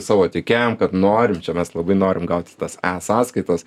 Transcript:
savo tiekėjam kad norim čia mes labai norim gauti tas e sąskaitas